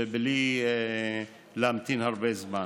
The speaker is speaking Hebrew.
ובלי להמתין הרבה זמן.